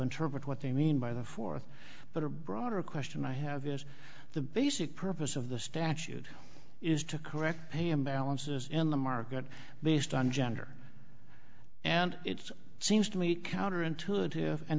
interpret what they mean by the fourth but are broader question i have is the basic purpose of the statute is to correct a imbalances in the market based on gender and it's seems to me counterintuitive and